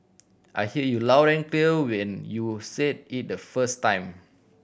I heard you loud and clear when you said it the first time